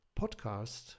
Podcast